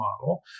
model